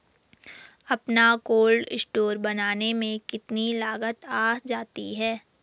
अपना cold store बनाने में कितनी लागत आ जाती है?